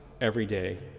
everyday